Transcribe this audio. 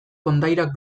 kondairak